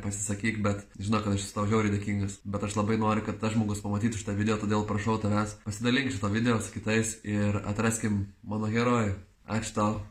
pasisakyk bet žinok kad aš esu tau žiauriai dėkingas bet aš labai noriu kad tas žmogus pamatytų šitą video todėl prašau tavęs pasidalink šituo video su kitais ir atraskim mano herojų ačiū tau